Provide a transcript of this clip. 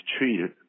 treated